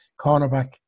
cornerback